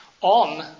On